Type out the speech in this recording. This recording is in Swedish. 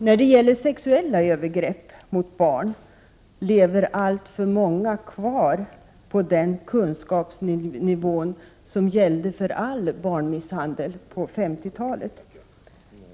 När det gäller sexuella övergrepp mot barn lever alltför många kvar på den kunskapsnivå som gällde för all barnmisshandel på 50-talet.